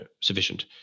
sufficient